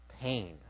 pain